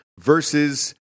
versus